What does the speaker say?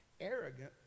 arrogant